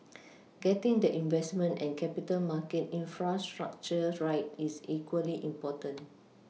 getting the investment and capital market infrastructure right is equally important